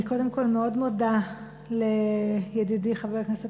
אני קודם כול מאוד מודה לידידי חבר הכנסת